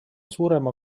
suurema